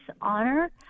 honor